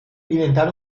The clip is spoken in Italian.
diventare